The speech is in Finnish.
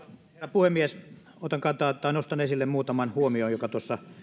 puhemies nostan esille muutaman huomion jotka tuossa